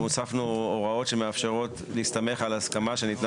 הוספנו הוראות שמאפשרות להסתמך על הסכמה שניתנה